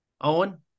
Owen